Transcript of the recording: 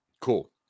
cool